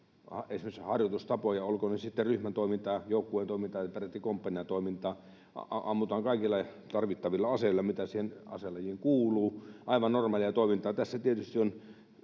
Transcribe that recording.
kaikkia harjoitustapoja, olkoot ne sitten ryhmän toimintaa, joukkueen toimintaa tai peräti komppanian toimintaa, ammutaan kaikilla tarvittavilla aseilla, mitä siihen aselajiin kuuluu, aivan normaalia toimintaa. Tässä tietysti,